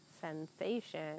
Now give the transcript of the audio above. sensation